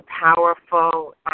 powerful